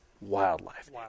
wildlife